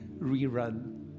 rerun